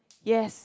yes